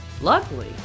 Luckily